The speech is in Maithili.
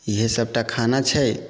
इएहे सभटा खाना छै